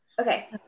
Okay